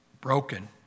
broken